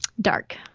dark